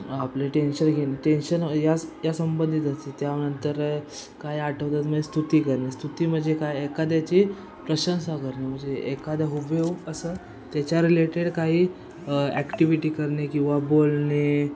आपले टेन्शन घेणे टेन्शन यास या संबंधित असते त्यानंतर काय आठवतात म्हणजे स्तुती करणे स्तुती म्हणजे काय एखाद्याची प्रशंसा करणे म्हणजे एखाद्या हुबेहूब असं त्याच्या रिलेटेड काही ॲक्टिव्हिटी करणे किंवा बोलणे